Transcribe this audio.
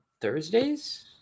Thursdays